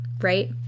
right